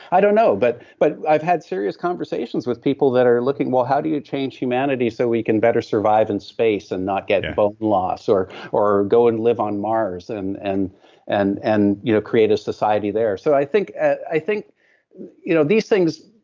i don't know, but but i've had serious conversations with people that are looking, well how do you change humanity so we can better survive in space and not get bone loss or or go and live on mars, and and and and you know create a society there. so i think i think you know these things